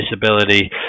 disability